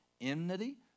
enmity